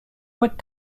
what